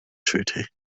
treaty